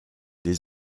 les